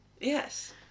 Yes